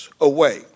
away